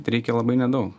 reikia labai nedaug